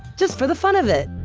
just for the fun of it.